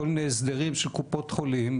כמובן שהיינו רוצים לראות יותר,